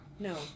No